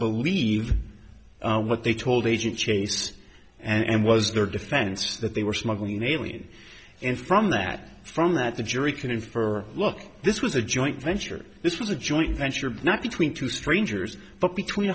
believe what they told agent chase and was their defense that they were smuggling aliens and from that from that the jury can infer look this was a joint venture this was a joint venture not between two strangers but between